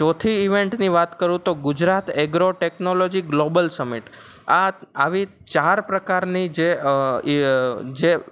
ચોથી ઈવેન્ટની વાત કરું તો Gujarat agro technology global summit આ આવી ચાર પ્રકારની જે જે